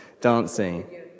dancing